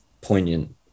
poignant